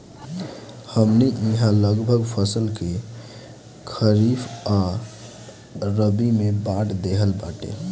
हमनी इहाँ लगभग फसल के खरीफ आ रबी में बाँट देहल बाटे